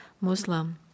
Muslim